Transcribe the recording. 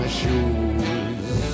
shoes